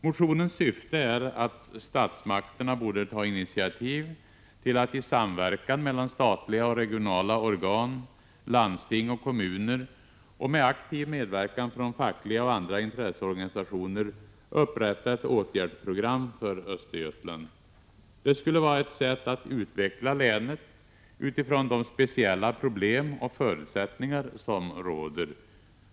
Motionens syfte är att statsmakterna skulle ta initiativ till att i samverkan mellan statliga och regionala organ, landsting och kommuner och med aktiv medverkan från fackliga och andra intresseorganisationer upprätta ett åtgärdsprogram för Östergötland. Det skulle vara ett sätt att utveckla länet utifrån de speciella problem och förutsättningar som råder.